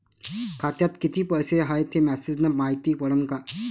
खात्यात किती पैसा हाय ते मेसेज न मायती पडन का?